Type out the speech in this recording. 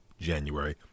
January